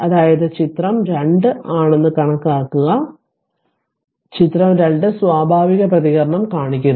അതിനാൽ ഇത് ചിത്രം 2 ആണെന്ന് കണക്കാക്കുക ചിത്രം 2 സ്വാഭാവിക പ്രതികരണം കാണിക്കുന്നു